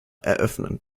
eröffnen